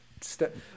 step